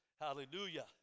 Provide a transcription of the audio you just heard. Hallelujah